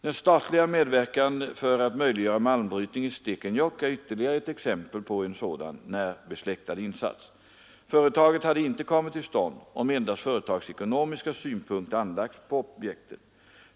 Den statliga medverkan för att möjliggöra malmbrytning i Stekenjokk är ytterligare ett exempel på en sådan närbesläktad insats. Företaget hade inte kommit till stånd om endast företagsekonomiska synpunkter anlagts på objektet.